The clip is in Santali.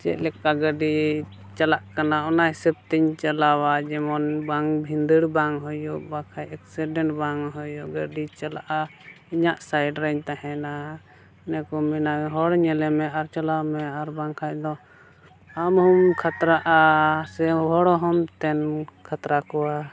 ᱚᱠᱟ ᱜᱟᱹᱰᱤ ᱪᱟᱞᱟᱜ ᱠᱟᱱᱟ ᱚᱱᱟ ᱦᱤᱥᱟᱹᱵ ᱛᱤᱧ ᱡᱮᱢᱚᱱ ᱵᱟᱝ ᱵᱷᱤᱸᱫᱟᱹᱲ ᱵᱟᱝ ᱦᱩᱭᱩᱜ ᱵᱟᱠᱷᱟᱱ ᱮᱠᱥᱤᱰᱮᱱᱴ ᱵᱟᱝ ᱦᱩᱭᱩᱜ ᱜᱟᱹᱰᱤ ᱪᱟᱞᱟᱜᱼᱟ ᱤᱧᱟᱹᱜ ᱥᱟᱭᱤᱰ ᱨᱤᱧ ᱛᱟᱦᱮᱱᱟ ᱚᱱᱟᱠᱚ ᱢᱮᱱᱟ ᱦᱚᱲ ᱧᱮᱞᱮ ᱢᱮ ᱟᱨ ᱪᱟᱞᱟᱣ ᱢᱮ ᱟᱨ ᱵᱟᱝᱠᱷᱟᱡ ᱫᱚ ᱟᱢ ᱦᱚᱢ ᱠᱷᱟᱛᱨᱟᱜᱼᱟ ᱥᱮ ᱦᱚᱲ ᱦᱚᱢ ᱛᱮᱱ ᱠᱷᱟᱛᱨᱟ ᱠᱚᱣᱟ